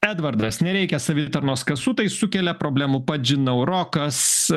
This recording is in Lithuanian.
edvardas nereikia savitarnos kasų tai sukelia problemų pats žinau rokas